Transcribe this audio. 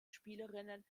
spielerinnen